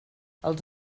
els